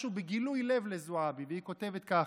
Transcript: משהו בגילוי לב לזועבי, והיא כותבת ככה: